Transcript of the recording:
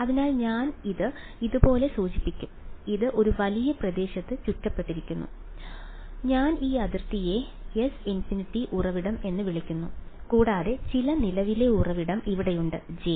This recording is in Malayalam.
അതിനാൽ ഞാൻ ഇത് ഇതുപോലെ സൂചിപ്പിക്കും ഇത് ഒരു വലിയ പ്രദേശത്ത് ചുറ്റപ്പെട്ടിരുന്നു ഞാൻ ഈ അതിർത്തിയെ S∞ ഉറവിടം എന്ന് വിളിക്കുന്നു കൂടാതെ ചില നിലവിലെ ഉറവിടം ഇവിടെയുണ്ട് J